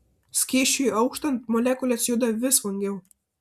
skysčiui auštant molekulės juda vis vangiau